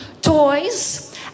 toys